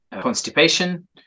constipation